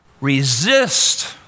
resist